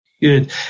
Good